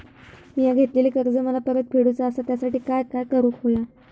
मिया घेतलेले कर्ज मला परत फेडूचा असा त्यासाठी काय काय करून होया?